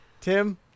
Tim